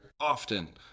often